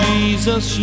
Jesus